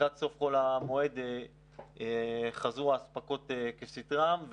לקראת סוף חול המועד חזרו האספקות לסדרן,